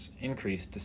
increased